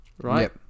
right